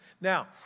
Now